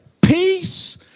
peace